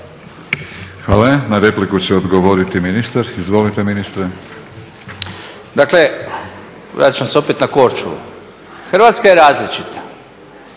Hvala. Na repliku će odgovoriti ministar. Izvolite ministre. **Miljenić, Orsat** Dakle, vraćam se opet na Korčulu. Hrvatska je različita